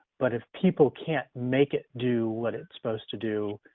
but if people can't make it do what it's supposed to do,